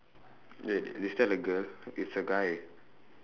wait is that a girl it's a guy